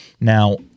Now